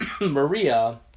Maria